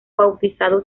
bautizado